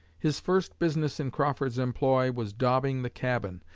his first business in crawford's employ was daubing the cabin,